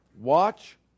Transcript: Watch